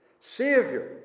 Savior